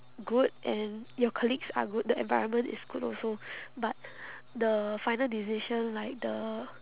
good and your colleagues are good the environment is good also but the final decision like the